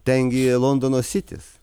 ten gi londono sitis